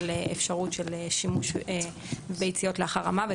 של אפשרות של שימוש בביציות לאחר המוות